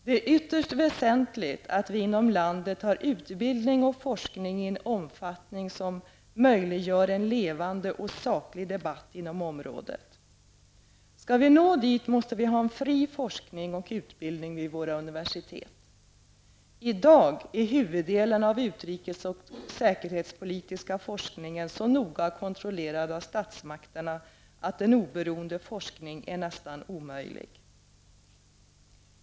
Det är ytterst väsentligt att vi inom landet har utbildning och forskning i en omfattning som möjliggör en levande och saklig debatt inom området. Skall vi nå dit måste vi ha en fri forskning och utbildning vid våra universitet. I dag är huvuddelen av vår utrikes och säkerhetspolitiska forskning så noga kontrollerad av statsmakterna att en oberoende forskning är nästan omöjlig.